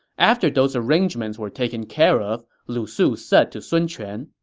after those arrangements were taken care of, lu su said to sun quan,